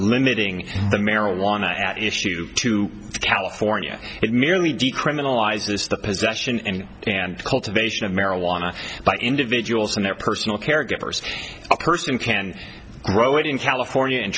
limiting the marijuana at issue to california it merely decriminalize this the possession and and cultivation of marijuana by individuals and their personal caregivers a person can grow it in california and